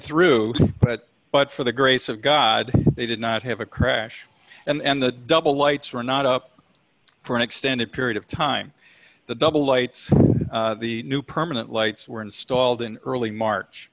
through but but for the grace of god they did not have a crash and the double lights were not up for an extended period of time the double lights the new permanent lights were installed in early march